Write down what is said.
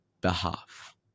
behalf